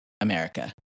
America